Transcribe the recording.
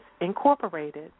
Incorporated